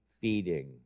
feeding